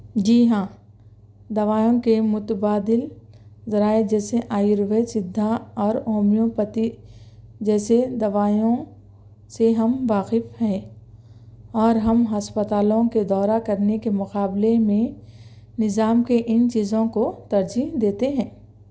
جی ہاں دوائیوں کے متبادل ذرائع جیسے آیروید سدھا اور ہومیوپیتھی جیسے دوائیوں سے ہم واقف ہیں اور ہم ہسپتالوں کے دورہ کرنے کے مقابلہ میں نظام کے ان چیزوں کو ترجیح دیتے ہیں